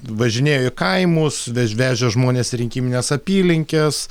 važinėjo į kaimus vež vežė žmones į rinkimines apylinkes